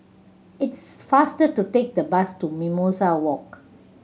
it's faster to take the bus to Mimosa Walk